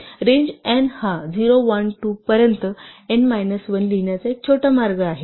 range n हा 0 1 2 पर्यंत n minus 1 लिहिण्याचा एक छोटा मार्ग आहे